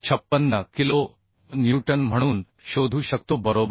56 kilonewton म्हणून शोधू शकतो बरोबर